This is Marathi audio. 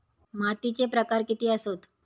मातीचे प्रकार किती आसत?